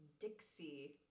Dixie